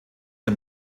der